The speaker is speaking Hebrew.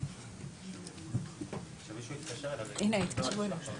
התנגדות לתקנות,